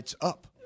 up